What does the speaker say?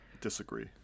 disagree